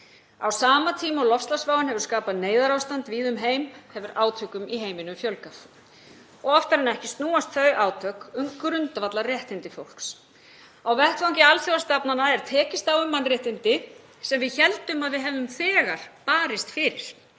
Á sama tíma og loftslagsváin hefur skapað neyðarástand víða um heim hefur átökum í heiminum fjölgað og oftar en ekki snúast þau átök um grundvallarréttindi fólks. Á vettvangi alþjóðastofnana er tekist á um mannréttindi sem við héldum að við hefðum þegar barist fyrir,